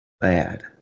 bad